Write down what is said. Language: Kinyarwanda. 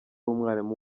umwarimu